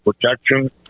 protection